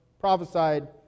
prophesied